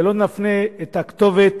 שלא נפנה לכתובת